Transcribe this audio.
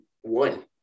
one